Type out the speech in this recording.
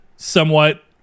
somewhat